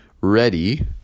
ready